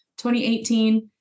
2018